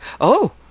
Oh